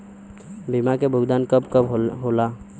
बीमा के भुगतान कब कब होले?